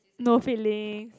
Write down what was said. no feeling